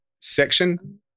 section